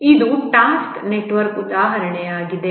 ಇದು task network ಉದಾಹರಣೆಯಾಗಿದೆ